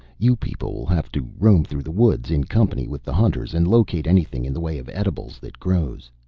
you people will have to roam through the woods in company with the hunters and locate anything in the way of edibles that grows.